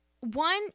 one